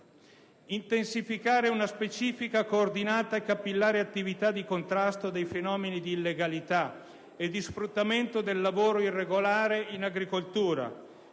Intensificare una specifica, coordinata e capillare attività di contrasto dei fenomeni di illegalità e di sfruttamento del lavoro irregolare in agricoltura: